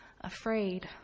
afraid